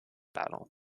battle